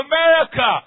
America